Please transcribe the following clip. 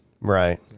right